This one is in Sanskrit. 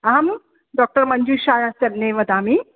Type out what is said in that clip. अहम् डाक्टर् मञ्जूषा कर्ले वदामि